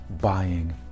buying